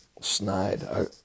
snide